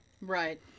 Right